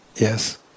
Yes